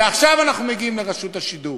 ועכשיו אנחנו מגיעים לרשות השידור.